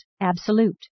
absolute